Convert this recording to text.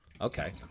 Okay